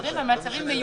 שמדברים על מצבים מיוחדים.